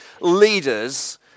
leaders